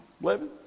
living